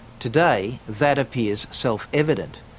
today that appears self-evident,